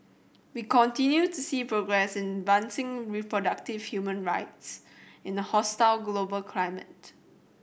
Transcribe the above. we continue to see progress in advancing reproductive human rights in a hostile global climate